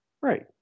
Right